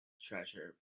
treasure